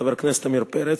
חבר הכנסת עמיר פרץ,